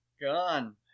Gone